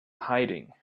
hiding